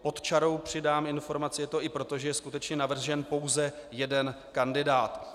Pod čarou přidám informaci je to i proto, že je skutečně navržen pouze jeden kandidát.